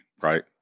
right